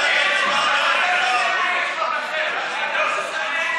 התשע"ז 2017,